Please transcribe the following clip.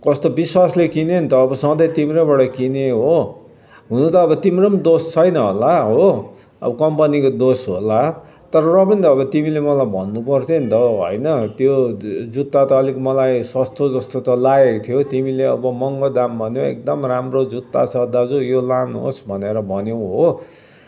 कस्तो विश्वासले किने नि त अब सधैँ तिम्रोबाट किने हो हुनु त अब तिम्रो दोष छैन होला हो अब कम्पनीको दोष होला तर र पनि त अब तिमीले मलाई भन्नु पर्थ्यो नि त हो होइन त्यो जुत्ता त अलिक मलाई सस्तो जस्तो त लागेको थियो तिमीले अब महँगो दाम भन्यौ एकदम राम्रो जुत्ता छ दाजु यो लानुहोस् भनेर भन्यौ हो